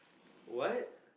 what